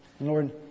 Lord